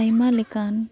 ᱟᱭᱢᱟ ᱞᱮᱠᱟᱱ